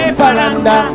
paranda